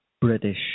British